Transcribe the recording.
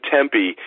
Tempe